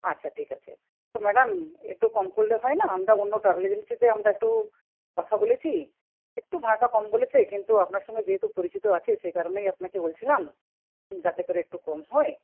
আচ্ছা ঠিক আছে তো ম্যাডাম একটু কম করলে হয় না আমরা অন্য ট্রাভেল এজেন্সিতে আমরা একটু কথা বলেছি একটু ভাড়াটা কম বলেছে কিন্তু আপনার সঙ্গে যেহেতু পরিচিত আছে সে কারণেই আপনাকে বলছিলাম যাতে করে একটু কম হয়